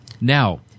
Now